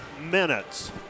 minutes